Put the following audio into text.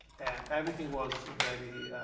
and everything was very